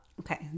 Okay